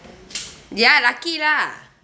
ya lucky lah